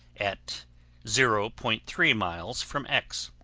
at zero point three miles from x.